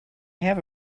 have